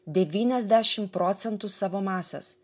devyniasdešim procentų savo masės